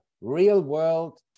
real-world